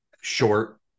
short